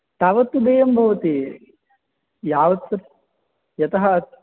तावत्तु देयं भवति यावत् यतः